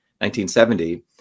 1970